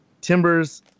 Timbers